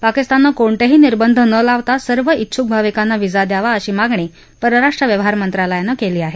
पाकिस्ताननं कोणतेही निर्बंध न लावता सर्व इच्छूक भाविकांना व्हिसा द्यावा अशी मागणी परराष्ट्र व्यवहार मंत्रालयानं केली आहे